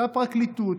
אותה פרקליטות,